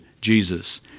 Jesus